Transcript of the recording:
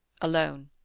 alone